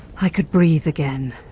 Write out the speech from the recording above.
i could breathe again